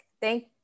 Thank